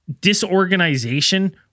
disorganization